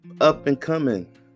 up-and-coming